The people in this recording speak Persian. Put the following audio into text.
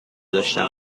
داشتم